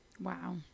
Wow